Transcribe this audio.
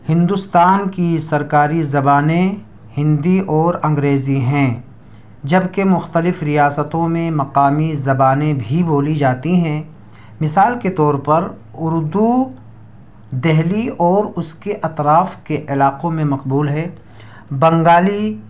ہندوستان کی سرکاری زبانیں ہندی اور انگریزی ہیں جبکہ مختلف ریاستوں میں مقامی زبانیں بھی بولی جاتی ہیں مثال کے طور پر اردو دہلی اور اس کے اطراف کے علاقوں میں مقبول ہے بنگالی